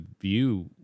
view